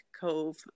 Cove